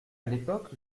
l’époque